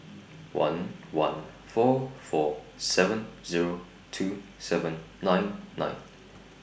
one one four four seven Zero two seven nine nine